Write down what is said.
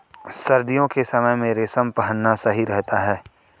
सर्दियों के समय में रेशम पहनना सही रहता है